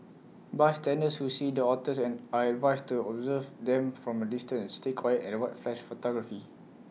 bystanders who see the otters and are advised to observe them from A distance stay quiet and avoid flash photography